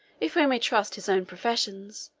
if we may trust his own professions,